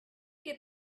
get